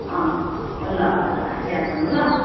ल ल ल याद गर्नु ल